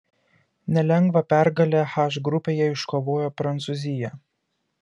nelengvą pergalę h grupėje iškovojo prancūzija